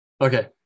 Okay